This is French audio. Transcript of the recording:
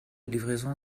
livraison